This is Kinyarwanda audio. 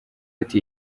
ati